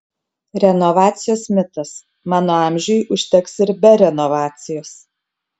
renovacijos mitas mano amžiui užteks ir be renovacijos